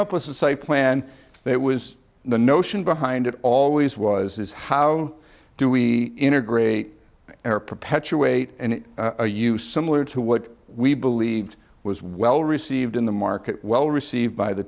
up with this a plan that was the notion behind it always was is how do we integrate air perpetuate and a use similar to what we believed was well received in the market well received by the